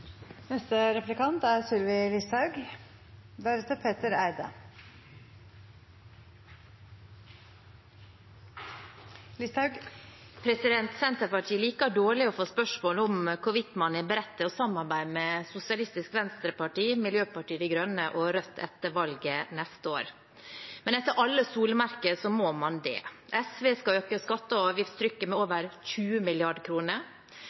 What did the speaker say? Senterpartiet liker dårlig å få spørsmål om hvorvidt man er beredt til å samarbeide med Sosialistisk Venstreparti, Miljøpartiet De Grønne og Rødt etter valget neste år. Men etter alle solemerker må man det. SV skal øke skatte- og avgiftstrykket med